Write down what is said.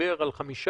דיבר על 5%